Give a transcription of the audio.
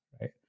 right